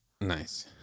Nice